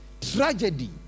tragedy